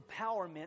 empowerment